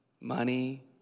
money